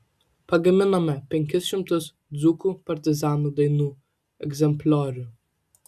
pagaminome penkis šimtus dzūkų partizanų dainų egzempliorių